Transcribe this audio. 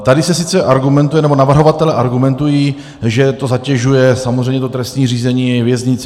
Tady se sice argumentuje, nebo navrhovatelé argumentují, že to zatěžuje samozřejmě trestní řízení, věznice atd.